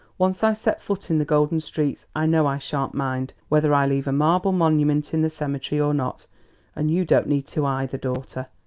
once i set foot in the golden streets i know i sha'n't mind whether i leave a marble monument in the cemetery or not and you don't need to either, daughter.